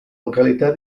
località